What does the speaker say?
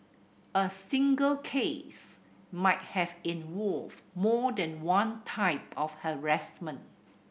a single case might have involved more than one type of harassment